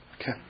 Okay